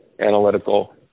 analytical